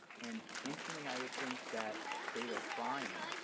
and instantly, i would think that they were crying.